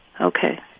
Okay